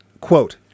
quote